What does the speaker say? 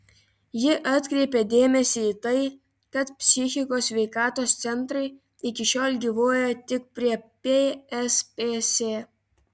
ji atkreipė dėmesį į tai kad psichikos sveikatos centrai iki šiol gyvuoja tik prie pspc